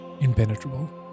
impenetrable